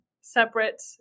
separate